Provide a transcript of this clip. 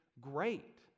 great